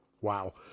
Wow